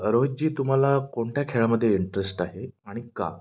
रोहितजी तुम्हाला कोणत्या खेळामध्ये इंटरेस्ट आहे आणि का